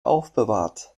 aufbewahrt